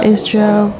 Israel